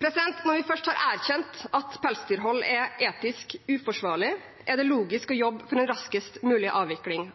Når vi først har erkjent at pelsdyrhold er etisk uforsvarlig, er det logisk å